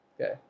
okay